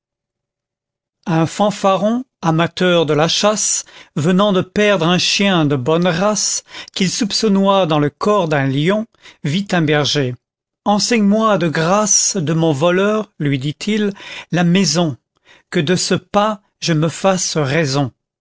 un fanfaron amateur de la chasse venant de perdre un chien de bonne race qu'il soupçonnait dans le corps d'un lion yitun berger enseigne-moi de grâce de mon voleur lui dit-il la maison que de ce pas je me fasse raison